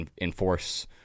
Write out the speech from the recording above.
enforce